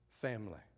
Family